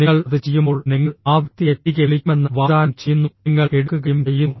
നിങ്ങൾ അത് ചെയ്യുമ്പോൾ നിങ്ങൾ ആ വ്യക്തിയെ തിരികെ വിളിക്കുമെന്ന് വാഗ്ദാനം ചെയ്യുന്നു നിങ്ങൾ എടുക്കുകയും ചെയ്യുന്നു